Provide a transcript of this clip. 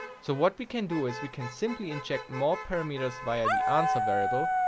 so what we can do is, we can simply inject more parameters via the answer variable.